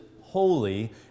holy